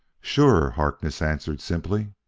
sure, harkness answered simply.